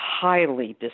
highly